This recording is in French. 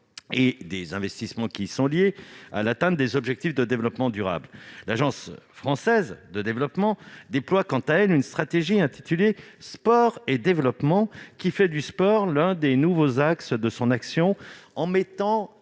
et des investissements qui y sont liés à l'atteinte des objectifs de développement durable. Quant à l'Agence française de développement, elle déploie une stratégie appelée « Sport et développement », qui fait du sport l'un des nouveaux axes de son action, en mettant